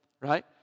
right